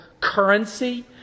currency